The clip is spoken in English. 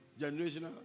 Generational